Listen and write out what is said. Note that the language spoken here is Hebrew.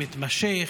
מתמשך,